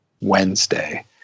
Wednesday